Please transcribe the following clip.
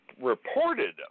Reported